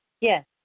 Yes